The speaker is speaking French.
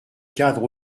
cadre